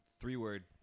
Three-word